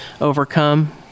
overcome